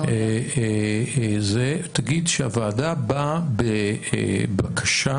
תגיד שהוועדה באה בבקשה